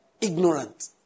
ignorant